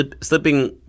slipping